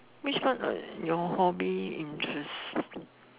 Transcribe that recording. which one of your hobby interest